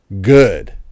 good